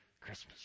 Christmas